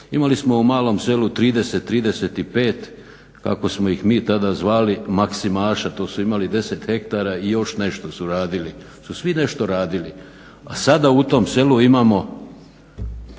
imali smo u malom selu 30, 35 kako smo ih mi tada zvali maksimaša. To su imali 10 hektara i još nešto su radili, svi su nešto radili. A sada u tom selu imamo